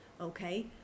okay